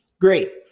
Great